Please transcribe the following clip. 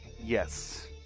Yes